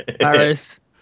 Paris